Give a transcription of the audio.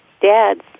dad's